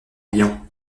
riant